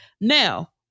Now